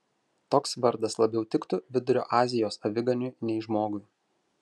toks vardas labiau tiktų vidurio azijos aviganiui nei žmogui